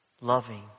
loving